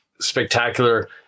spectacular